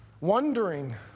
Wondering